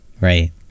right